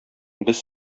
без